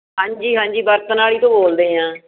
ਹਾਂਜੀ ਹਾਂਜੀ ਬਰਤਨਾਂ ਵਾਲੀ ਤੋਂ ਬੋਲਦੇ ਹਾਂ